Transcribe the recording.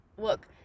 look